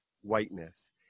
whiteness